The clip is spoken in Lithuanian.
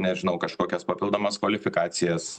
nežinau kažkokias papildomas kvalifikacijas